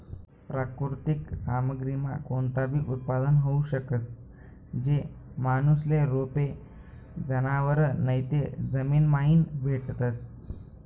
प्राकृतिक सामग्रीमा कोणताबी उत्पादन होऊ शकस, जे माणूसले रोपे, जनावरं नैते जमीनमाईन भेटतस